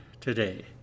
today